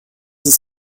ist